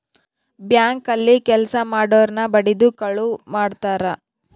bank ಅಲ್ಲಿ ಕೆಲ್ಸ ಮಾಡೊರ್ನ ಬಡಿದು ಕಳುವ್ ಮಾಡ್ತಾರ